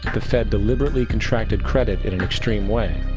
the fed deliberatedly contracted credit in a extreme way,